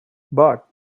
but